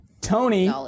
Tony